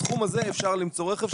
בסכום הזה אפשר למצוא רכב.